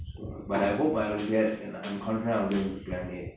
so but I hope I will get confident I will go into plan a